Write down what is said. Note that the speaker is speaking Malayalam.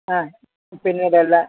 ആ പിന്നീടെല്ലാം